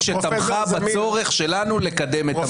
שתמכה בצורך שלנו לקדם את המהלך.